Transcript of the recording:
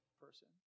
person